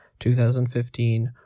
2015